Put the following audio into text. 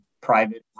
private